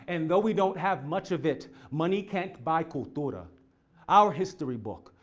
and though we don't have much of it, money can't buy cuthora. our history book,